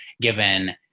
given